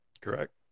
correct